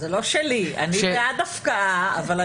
השאלה מה יכול לעבור.